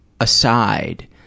aside